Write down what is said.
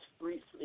briefly